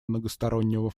многостороннего